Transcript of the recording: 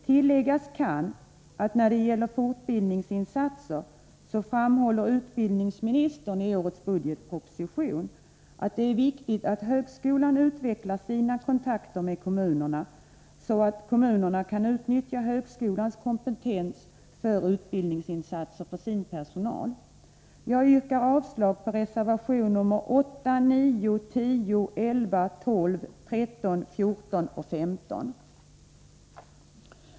Tilläggas kan att när det gäller fortbildningsinsatser framhåller utbildningsministern i årets budgetproposition att det är viktigt att högskolan utvecklar sina kontakter med kommunerna så att högskolans kompetens för utbildningsinsatser kan utnyttjas för kommunernas personal. Jag yrkar avslag på reservationerna 8, 9, 10, 11, 12, 13, 14 och 15.